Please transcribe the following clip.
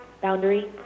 Boundary